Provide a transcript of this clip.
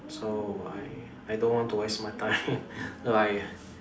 so I I don't want to waste my time so I